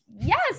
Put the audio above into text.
Yes